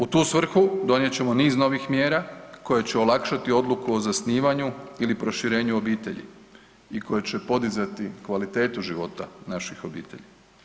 U tu svrhu donijet ćemo niz novih mjera koje će olakšati odluku o zasnivanju ili proširenju obitelji i koje će podizati kvalitetu života naših obitelji.